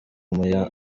umuyonga